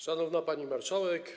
Szanowna Pani Marszałek!